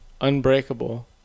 unbreakable